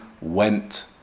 went